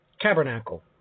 tabernacle